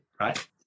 right